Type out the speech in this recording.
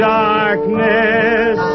darkness